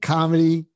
Comedy